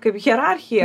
kaip hierarchija